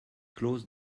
clause